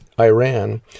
Iran